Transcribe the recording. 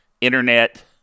internet